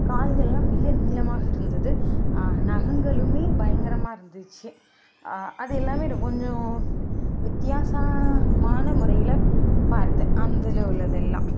கால்கள்லாம் மிக நீளமாக இருந்துது நகங்களுமே பயங்கரமாக இருந்துச்சு அது எல்லாமே கொஞ்சம் வித்தியாசமாமான முறையில் பார்த்தேன் அந்துல உள்ளதெல்லாம்